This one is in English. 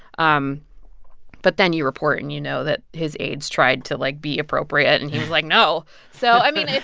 um but then you report. and you know that his aides tried like to like be appropriate. and he was like, no so, i mean,